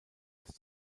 des